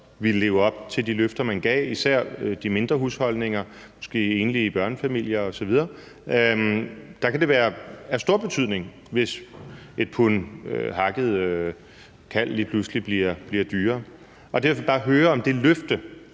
ville leve op til de løfter, man gav; det gælder især de mindre husholdninger og måske enlige børnefamilier osv. Der kan det være af stor betydning, hvis et pund hakket kalvekød lige pludselig bliver dyrere. Derfor vil jeg bare høre, om det løfte